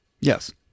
Yes